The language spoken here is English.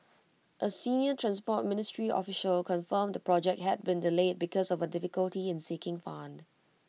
A senior transport ministry official confirmed the project had been delayed because of A difficulty in seeking fund